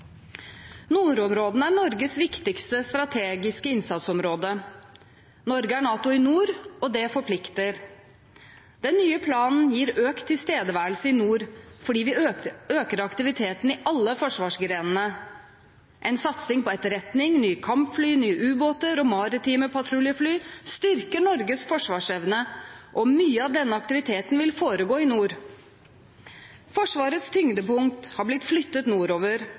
Nordområdene er Norges viktigste strategiske innsatsområde: Norge er «NATO i nord» – og det forplikter. Den nye planen gir økt tilstedeværelse i nord fordi vi øker aktiviteten i alle forsvarsgrenene. En satsing på etterretning, nye kampfly, nye ubåter og maritime patruljefly styrker Norges forsvarsevne, og mye av denne aktiviteten vil foregå i nord. Forsvarets tyngdepunkt har blitt flyttet nordover,